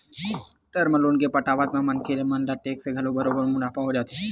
term loan के पटावत म मनखे ल टेक्स म घलो बरोबर मुनाफा हो जाथे